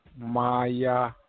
Maya